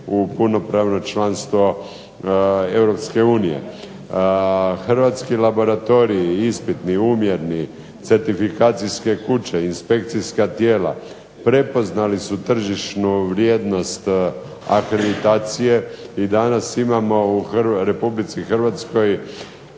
u punopravno članstvo Europske unije. Hrvatski laboratoriji, ispitni, umjerni, certifikacijske kuće, inspekcijska tijela prepoznali su tržišnu vrijednost akreditacije i danas imamo u Republici Hrvatskoj